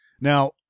now